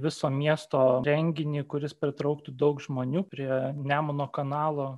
viso miesto renginį kuris pritrauktų daug žmonių prie nemuno kanalo